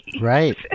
Right